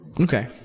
okay